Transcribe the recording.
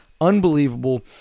Unbelievable